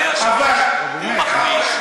אני עוד לא דיברתי.